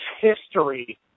history